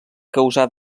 causar